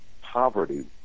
Poverty